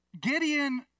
Gideon